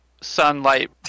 sunlight